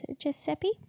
Giuseppe